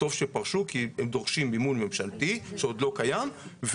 וטוב שפרשו כי הם דורשים מימון ממשלתי שעוד לא קיים.